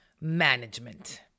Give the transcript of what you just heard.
Management